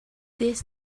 this